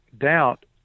doubt